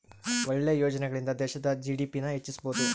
ಒಳ್ಳೆ ಯೋಜನೆಗಳಿಂದ ದೇಶದ ಜಿ.ಡಿ.ಪಿ ನ ಹೆಚ್ಚಿಸ್ಬೋದು